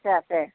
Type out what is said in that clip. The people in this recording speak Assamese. আছে আছে